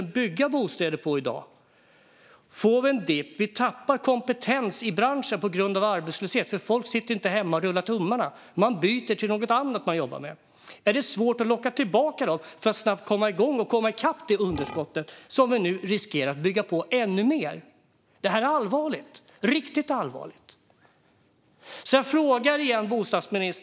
En dipp med arbetslöshet som följd gör att vi tappar kompetens i branschen, för folk sitter inte hemma och rullar tummarna utan byter till något annat jobb. Det blir svårt att locka tillbaka dem sedan för att snabbt komma igång och hämta upp det underskott vi nu riskerar att öka på ännu mer. Detta är riktigt allvarligt.